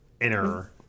Inner